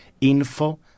info